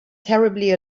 terribly